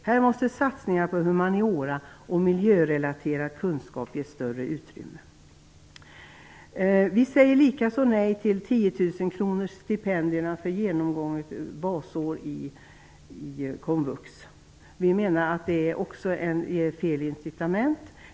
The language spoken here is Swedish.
Här måste satsningar på humaniora och miljörelaterad kunskap ges större utrymme. Vi säger likaså nej till 10 000 kr i stipendier för genomgånget basår i komvux. Vi menar att det ger fel incitament.